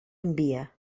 envia